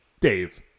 Dave